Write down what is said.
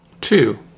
Two